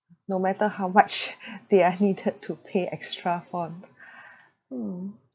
no matter how much they are needed to pay extra on mm